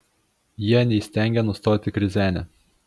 jie neįstengia nustoti krizenę